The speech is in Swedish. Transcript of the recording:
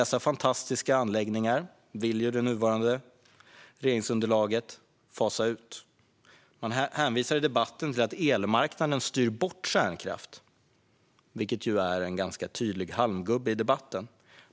Dessa fantastiska anläggningar vill det nuvarande regeringsunderlaget fasa ut. Man hänvisar i debatten till att elmarknaden styr bort från kärnkraft, vilket naturligtvis är en tydlig halmgubbe i debatten.